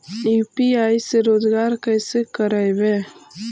UPI से रोजगार कैसे करबय?